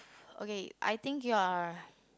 okay I think you're